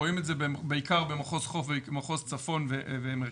רואים את זה בעיקר במחוז חוף, מחוז צפון ומרכז.